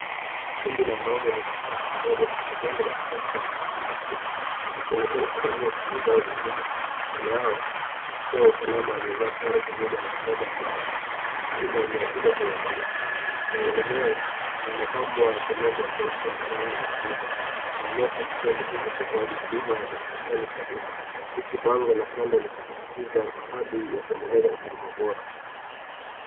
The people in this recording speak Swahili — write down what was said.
Kundi la wanaume linatoka kwa pamoja katika njengo la kisasa la huduma Kenya, wakionekana kumaliza shughuli zao muhimu , mbele yao ofisa wa usalama aliyevaa sare kamili amesimama imara akilinda eneo hilo kwa uangalifu ,jengo lenyewe lilopambwa kwa nembo ya taifa la rangi za huduma , inaonyesha kituo muhimu cha utoaji huduma za serikali kwa uma, huku bango la kando likisisitiza ahadi ya kuendeleza huduma bora.